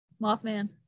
Mothman